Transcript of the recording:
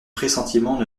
pressentiments